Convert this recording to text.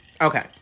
Okay